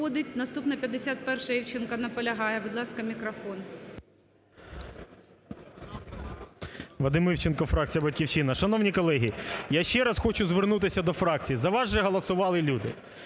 Вадим Івченко, фракція "Батьківщина". Шановні колеги, я ще раз хочу звернутися до фракцій. За вас же голосували люди.